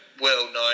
well-known